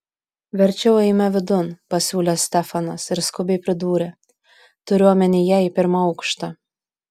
verčiau eime vidun pasiūlė stefanas ir skubiai pridūrė turiu omenyje į pirmą aukštą